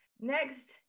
Next